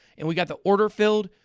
and we got the order filled,